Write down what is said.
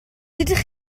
dydych